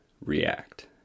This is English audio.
react